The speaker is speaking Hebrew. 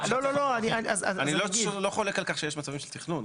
אני לא חולק שיש על כך שיש מצבים של תכנון.